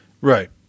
Right